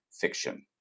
fiction